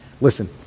Listen